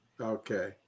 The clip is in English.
Okay